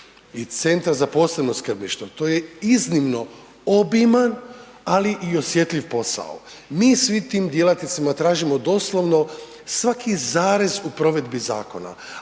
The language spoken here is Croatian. i Centra za posebno skrbništvo to je iznimno obiman, ali i osjetljiv posao. Mi svim tim djelatnicima tražimo doslovno svaki zarez u provedbi zakona,